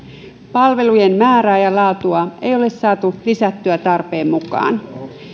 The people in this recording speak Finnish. palvelujen määrää ja laatua ei ole saatu lisättyä tarpeen mukaan